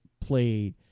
played